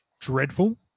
dreadful